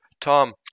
Tom